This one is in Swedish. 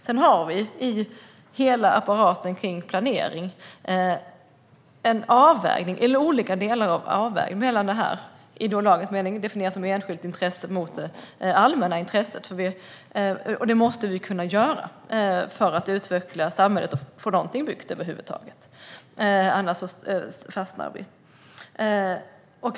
Sedan har vi i hela apparaten kring planering olika avvägningar mellan det som i lagens mening definieras som å ena sidan ett enskilt intresse och å andra sidan det allmänna intresset. Den avvägningen måste vi kunna göra för att utveckla samhället och få någonting byggt över huvud taget, för annars fastnar vi.